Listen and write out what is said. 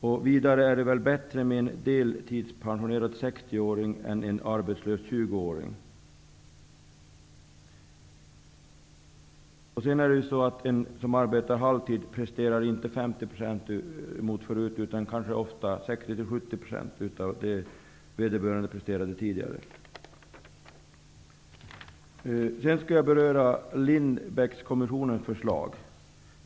Dessutom är det väl bättre med en deltidspensionerad 60-åring än med en arbetslös 20-åring. Den som arbetar halvtid presterar inte 50 % utan ofta kanske 60--70 % av vad vederbörande presterade tidigare. Sedan något om Lindbeckkommissionens förslag.